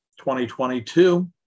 2022